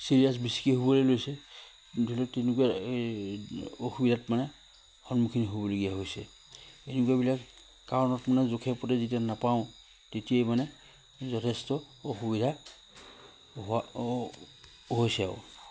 হ'বলৈ লৈছে ধৰি লওক তেনেকুৱা অসুবিধাত মানে সন্মুখীন হ'বলগীয়া হৈছে এনেকুৱাবিলাক কাৰণত মানে জোখে পদে যেতিয়া নাপাওঁ তেতিয়াই মানে যথেষ্ট অসুবিধা হোৱা হৈছে আৰু